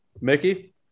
Mickey